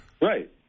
Right